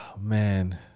man